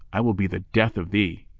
i will be the death of thee!